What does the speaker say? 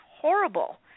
horrible